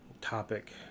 topic